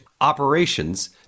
operations